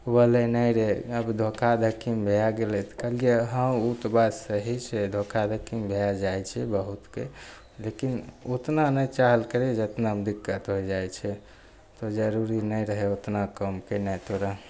बोललै नहि रे आब धोखाधोखीमे भै गेलै तऽ कहलिए हँ ओ तऽ बात सही छै धोखाधोखीमे भै जाइ छै बहुतके लेकिन ओतना नहि चाहल करही जतना दिक्कत होइ जाइ छै तऽ जरूरी नहि रहै ओतना काम केनाइ तोरा